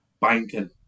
banking